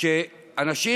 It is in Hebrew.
שאנשים